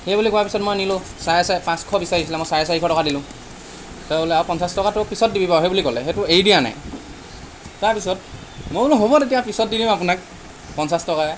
সেইবুলি কোৱাৰ পিছত মই নিলোঁ চাৰে চা পাঁচশ বিচাৰিছিলে মই চাৰে চাৰিশ টকা দিলোঁ ত' বোলে আৰু পঞ্চাশ টকাটো পিছত দিবি বাৰু সেইবুলি ক'লে সেইটো এৰি দিয়া নাই তাৰপিছত মই বোলো হ'ব তেতিয়া পিছত দি দিম আপোনাক পঞ্চাশ টকা